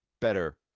better